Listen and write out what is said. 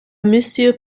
monsieur